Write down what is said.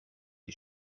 les